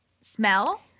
smell